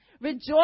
Rejoice